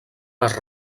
les